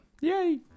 Yay